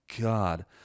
God